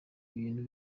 ibintu